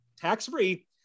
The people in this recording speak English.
tax-free